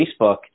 Facebook